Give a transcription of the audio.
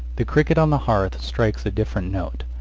the cricket on the hearth strikes a different note.